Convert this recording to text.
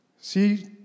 see